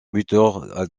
buteur